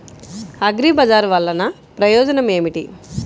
అగ్రిబజార్ వల్లన ప్రయోజనం ఏమిటీ?